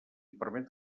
permet